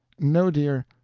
no, dear,